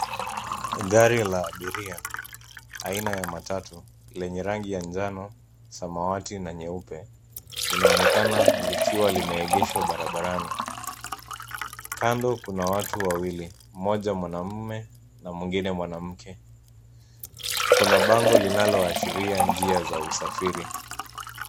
Gari la abiria aina ya matatu lenye rangi ya njano, samawati na nyeupe, linaonekana likiwa limeegeshwa barabarani. Kando kuna watu wawili, mmoja mwanamume na mwingine mwanamke. Kuna bango linaloashiria njia za usafiri.